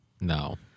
No